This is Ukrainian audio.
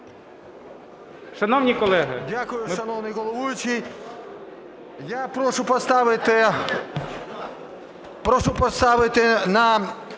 Дякую, шановний головуючий. Я прошу поставити на